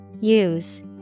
Use